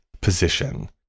position